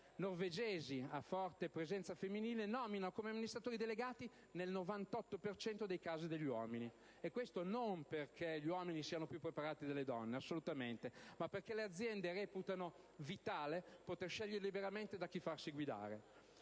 norvegesi a forte presenza femminile nel 98 per cento dei casi nominano amministratori delegati degli uomini. Questo non perché gli uomini siano più preparati delle donne, assolutamente no, ma perché le aziende reputano vitale poter scegliere liberamente da chi farsi guidare.